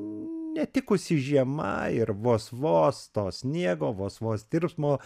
netikusi žiema ir vos vos to sniego vos vos tirpsmo